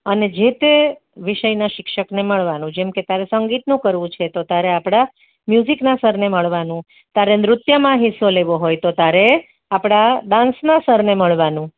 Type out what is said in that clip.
અને જે તે વિષયના શિક્ષકને મળવાનું જેમ કે તારે સંગીતનું કરવું છે તો તારે આપણા મ્યુઝિકના સરને મળવાનું તારે નૃત્યમાં હિસ્સો લેવો હોય તો તારે આપણા ડાન્સના સરને મળવાનું